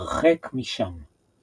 הרחק משם.